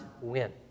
win